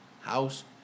House